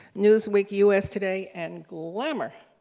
newsweek, us today, and glamour.